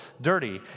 dirty